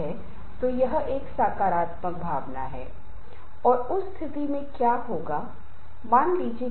इसलिए उन तरीकों पर आने से पहले हम जल्दी से संघर्ष के स्रोतों को प्राप्त कर सकते हैं एक संस्कृति और धर्म से शुरू होने वाले संघर्ष के कई स्रोत हैं